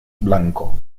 blanco